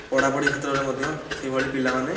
ପଢା ପଢ଼ି କ୍ଷେତ୍ରରେ ମଧ୍ୟ ସେହିଭଳି ପିଲାମାନେ